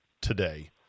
today